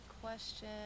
question